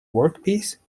workpiece